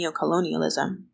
neocolonialism